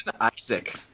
Isaac